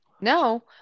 No